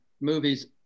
movies